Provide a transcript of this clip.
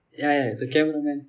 ya ya the cameraman